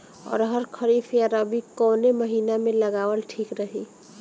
अरहर खरीफ या रबी कवने महीना में लगावल ठीक रही?